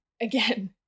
Again